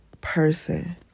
person